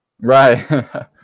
Right